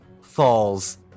falls